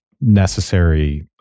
necessary